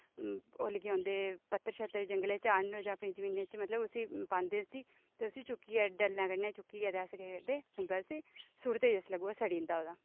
ओह् लेइयै औंदे पत्तर शत्तर जंगलै चा आह्न्नो जां फ्ही जमीनै च मतलब उसी पांदे उसी ते उसी चुक्कियै डल्लें कन्नै चुक्कियै ते अस केह् करदे खुंबै उसी सु'ट्टदे जिसलै गोहा सड़ी जंदा ओह् तां